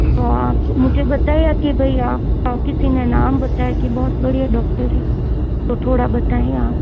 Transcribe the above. तो आप मुझे बताया कि भाई आप किसी ने नाम बताया कि बहुत बढ़िया डॉक्टर है तो थोड़ा बताएँ आप